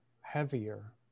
heavier